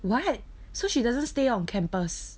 what so she doesn't stay on campus